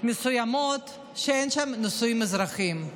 מסוימות שאין שם נישואים אזרחיים.